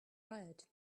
riot